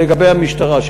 לגבי המשטרה,